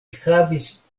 havis